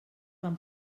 van